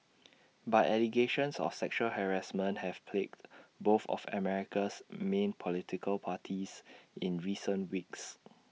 but allegations of sexual harassment have plagued both of America's main political parties in recent weeks